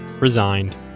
Resigned